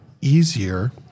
easier